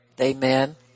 Amen